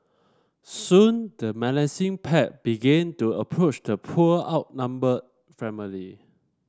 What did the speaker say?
soon the menacing pack began to approach the poor outnumbered family